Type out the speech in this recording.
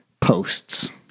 posts